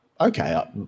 Okay